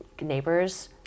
neighbors